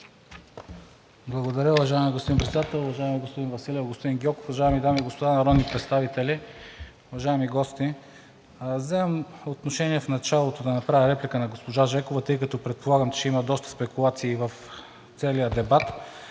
Благодаря, уважаеми господин Председател. Уважаеми господин Василев, господин Гьоков, уважаеми дами и господа народни представители, уважаеми гости! Вземам отношение в началото да направя реплика на госпожа Жекова, тъй като предполагам, че ще има доста спекулации в целия дебат